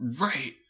Right